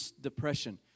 depression